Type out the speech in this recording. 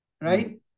right